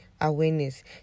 awareness